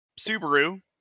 Subaru